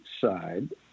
side